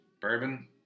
bourbon